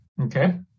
Okay